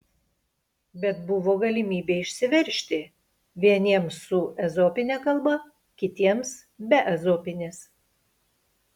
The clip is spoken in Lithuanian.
bet buvo galimybė išsiveržti vieniems su ezopine kalba kitiems be ezopinės